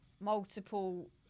multiple